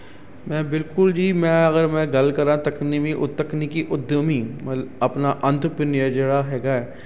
ਮੈਂ ਬਿਲਕੁਲ ਜੀ ਮੈਂ ਅਗਰ ਮੈਂ ਗੱਲ ਕਰਾਂ ਤਕਨੀਵੀ ਉ ਤਕਨੀਕੀ ਉੱਦਮੀ ਆਪਣਾ ਜਿਹੜਾ ਹੈਗਾ